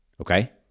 Okay